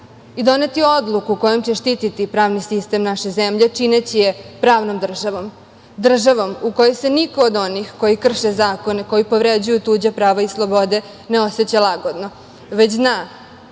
i doneti odluku kojom će štititi pravni sistem naše zemlje, čineći je pravnom državom, državom u kojoj se niko od onih koji krše zakone, koji povređuju tuđa prava i slobode, ne oseća lagodno, već zna